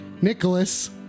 Nicholas